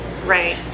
right